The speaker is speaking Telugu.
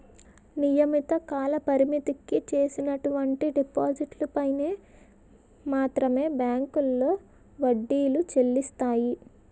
నియమిత కాలపరిమితికి చేసినటువంటి డిపాజిట్లు పైన మాత్రమే బ్యాంకులో వడ్డీలు చెల్లిస్తాయి